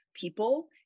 people